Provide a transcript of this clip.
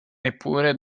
neppure